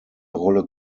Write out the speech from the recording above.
rolle